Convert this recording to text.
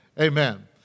Amen